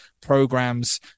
programs